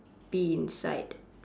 be inside